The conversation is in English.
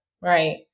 right